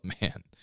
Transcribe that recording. man